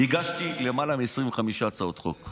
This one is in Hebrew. הגשתי למעלה מ-25 הצעות חוק.